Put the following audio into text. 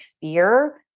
fear